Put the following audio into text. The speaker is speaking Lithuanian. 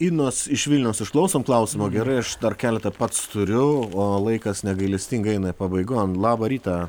inos iš vilniaus išklausom klausimo gerai aš dar keletą pats turiu o laikas negailestingai eina pabaigon labą rytą